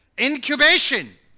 incubation